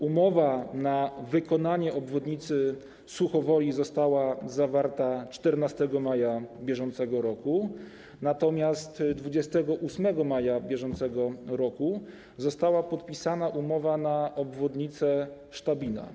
Umowa na wykonanie obwodnicy Suchowoli została zawarta 14 maja br., natomiast 28 maja br. została podpisana umowa na obwodnicę Sztabina.